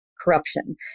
corruption